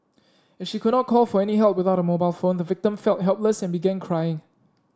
as she could not call for any help without her mobile phone the victim felt helpless and began crying